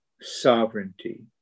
sovereignty